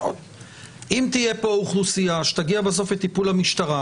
אם תהיה פה אוכלוסייה שתגיע בסוף לטיפול המשטרה,